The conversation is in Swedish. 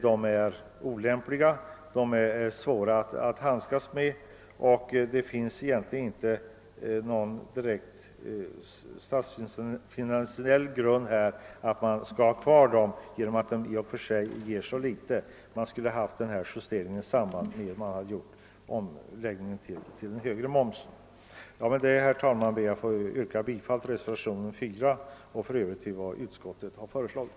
De är olämpliga, de är svåra att handskas med, och det finns egentligen inte någon direkt statsfinansiell grund för att ha kvar dem, eftersom de i och för sig ger så litet. Man borde ha gjort den justeringen i samband med att man gjorde omläggningen till högre moms. Med det anförda ber jag att få yrka bifall till reservationen 4 och för övrigt till vad utskottet har föreslagit.